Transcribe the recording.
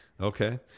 Okay